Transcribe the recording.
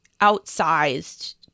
outsized